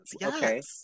Yes